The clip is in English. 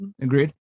Agreed